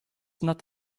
not